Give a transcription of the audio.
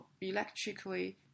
electrically